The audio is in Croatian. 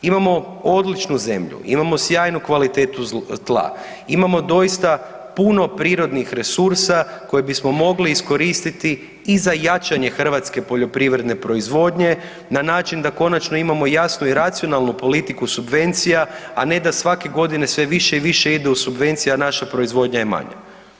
Imamo odličnu zemlju, imamo sjajnu kvalitetu tla, imamo doista puno prirodnih resursa koje bismo mogli iskoristiti i za jačanje hrvatske poljoprivredne proizvodnje na način da konačno imamo jasnu i racionalnu politiku subvencija, a ne da svake godine sve više i više idu subvencija, a naša proizvodnja je manja.